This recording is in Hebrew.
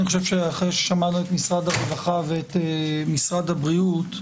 אני חושב שאחרי ששמענו את משרד הרווחה ואת משרד הבריאות,